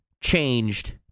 Changed